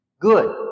Good